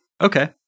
Okay